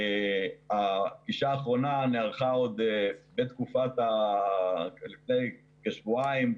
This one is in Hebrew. הפגישה האחרונה נערכה לפני כשבועיים,